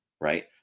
right